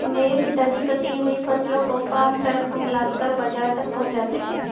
मेरे पिताजी कटी हुई फसलों को फार्म ट्रक में लादकर बाजार तक पहुंचाते हैं